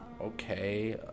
Okay